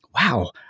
wow